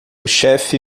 chefe